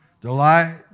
Delight